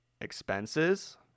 expenses